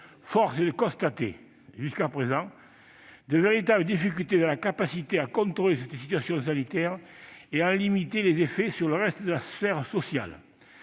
Force est de constater, jusqu'à présent, de véritables difficultés dans la capacité à contrôler cette situation sanitaire et à en limiter les effets sur le reste de la sphère sociale.